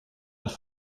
las